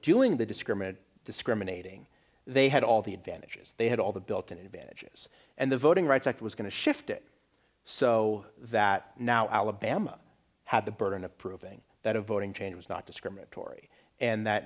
doing the discriminant discriminating they had all the advantages they had all the built in advantages and the voting rights act was going to shift it so that now alabama had the burden of proving that a voting change was not discriminatory and that